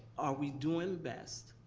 are we doing the best?